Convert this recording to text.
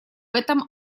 этом